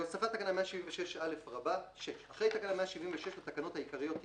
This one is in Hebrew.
הוספת תקנה 176א. אחרי תקנה 176 לתקנות העיקריות יבוא: